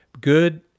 good